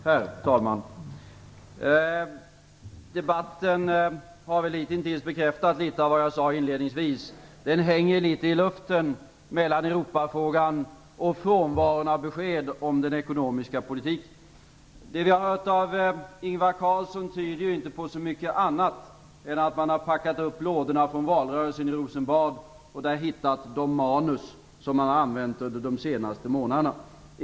Herr talman! Debatten har hitintills bekräftat litet av vad jag sade inledningsvis, nämligen att den hänger litet i luften mellan Europafrågan och frånvaron av besked om den ekonomiska politiken. Det vi har hört Ingvar Carlsson säga tyder inte på så mycket annat än att man har packat upp lådorna från valrörelsen i Rosenbad och där hittat de manus man har använt under de senaste månaderna.